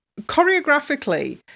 choreographically